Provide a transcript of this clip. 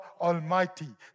Almighty